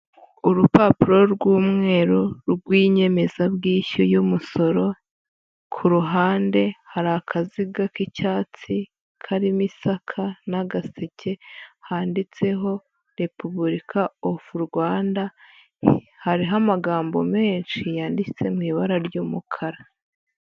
Urupapuro rw'umweru rw'inyemezabwishyu y'umusoro, ku ruhande hari akaziga k'icyatsi karimo isaka n'agaseke, handitseho Repubulika ofu Rwanda hariho amagambo menshi yanditse mu ibara ry'umukara.